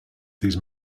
these